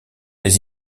les